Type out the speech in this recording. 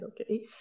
okay